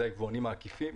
זה היבואנים העקיפים.